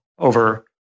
over